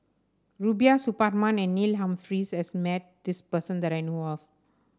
Rubiah Suparman and Neil Humphreys has met this person that I know of